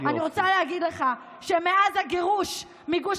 אני רוצה להגיד לך שמאז הגירוש מגוש